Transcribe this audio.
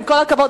עם כל הכבוד,